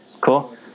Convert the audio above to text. cool